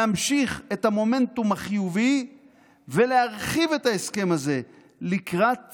להמשיך את המומנטום החיובי ולהרחיב את ההסכם הזה לקראת